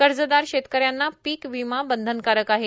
कर्जदार शेतकाऱ्यांना पीक विमा बंधनकारक आहे